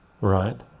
right